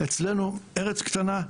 אצלנו ארץ קטנה,